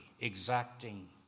exacting